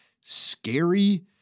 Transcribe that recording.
scary